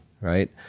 right